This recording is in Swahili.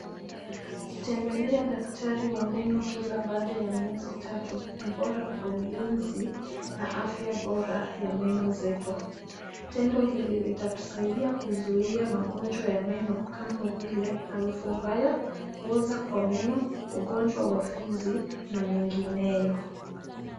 Kutembelea daktari wa meno kila baada ya miezi tatu ni bora kwa ulinzi na afya bora ya meno zetu. Tendo hili litatusaidia kuzuia magonjwa ya meno kama vile harufu mbaya, kuoza kwa meno, ugonjwa wa fizi na mengineo.